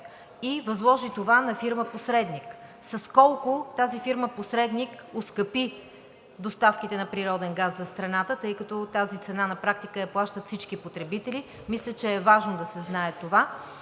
и възложи това на фирма посредник. С колко фирмата посредник оскъпи доставките на природен газ за страната, тъй като тази цена на практика я плащат всички потребители – мисля, че е важно да се знае това.